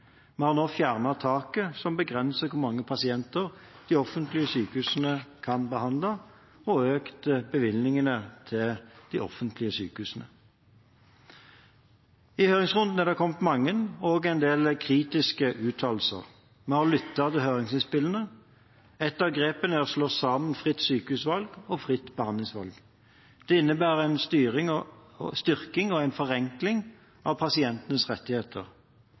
behandle, og økt bevilgningene til de offentlige sykehusene. I høringsrunden er det kommet mange og til dels kritiske uttalelser. Vi har lyttet til høringsinnspillene. Ett av grepene er å slå sammen fritt sykehusvalg og fritt behandlingsvalg. Det innebærer en styrking og forenkling av pasientenes rettigheter.